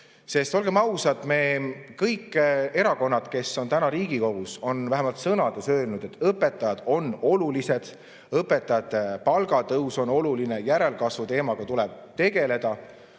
Olgem ausad, kõik erakonnad, kes on täna Riigikogus, on vähemalt sõnades öelnud, et õpetajad on olulised, õpetajate palga tõus on oluline, järelkasvu teemaga tuleb tegeleda.